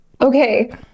Okay